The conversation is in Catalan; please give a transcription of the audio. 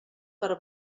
per